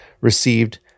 received